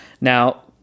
Now